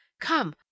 Come